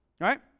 right